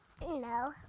No